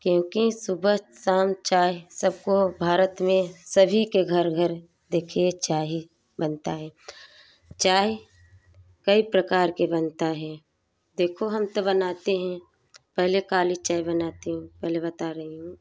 क्योंकि सुबह शाम चाय सबको भारत में सभी के घर घर देखिए चाय ही बनता है चाय कई प्रकार के बनता है देखो हम तो बनाते हैं पहले काली चाय बनाती हूँ पहले बता रही हूँ